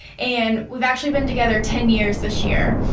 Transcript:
and we've actually been together ten years this year.